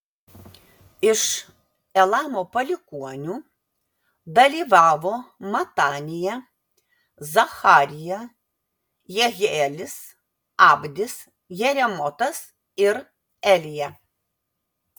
iš elamo palikuonių dalyvavo matanija zacharija jehielis abdis jeremotas ir elija